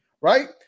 Right